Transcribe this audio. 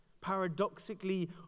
Paradoxically